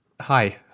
Hi